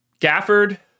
Gafford